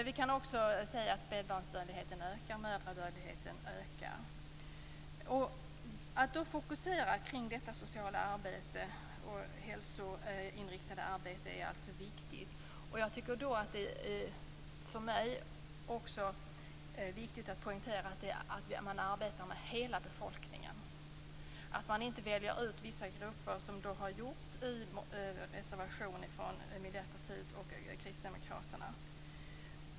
Vi kan också se att spädbarnsdödligheten ökar och att mödradödligheten ökar. Det är viktigt att fokusera kring detta sociala och hälsoinriktade arbete. För mig är det också viktigt att poängtera att man skall arbeta med hela befolkningen och inte väljer ut vissa grupper som har gjorts i reservationer från Miljöpartiet och Kristdemokraterna.